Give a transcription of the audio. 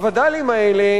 הווד"לים האלה